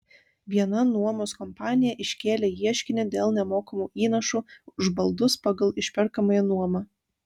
viena nuomos kompanija iškėlė ieškinį dėl nemokamų įnašų už baldus pagal išperkamąją nuomą